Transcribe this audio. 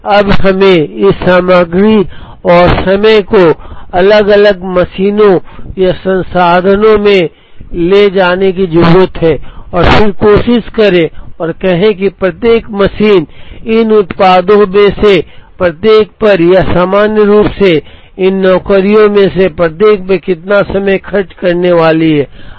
अब हमें इस सामग्री और समय को अलग अलग मशीनों या संसाधनों में ले जाने की जरूरत है और फिर कोशिश करें और कहें कि प्रत्येक मशीन इन उत्पादों में से प्रत्येक पर या सामान्य रूप से इन नौकरियों में से प्रत्येक पर कितना समय खर्च करने वाली है